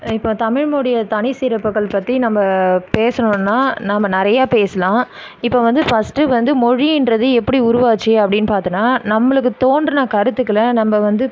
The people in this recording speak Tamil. இப்போ தமிழ் மொழியோட தனிச்சிறப்புகள் பற்றி நம்ம பேசணுன்னா நம்ம நிறைய பேசலாம் இப்போ வந்து ஃபர்ஸ்ட்டு வந்து மொழின்றது எப்படி உருவாச்சு அப்படின்னு பார்த்தோன்னா நம்மளுக்கு தோன்றின கருத்துக்களை நம்ப வந்து